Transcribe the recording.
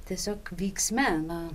tiesiog vyksme na